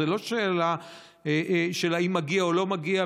זאת לא שאלה של אם מגיע או לא מגיע,